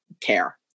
care